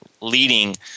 leading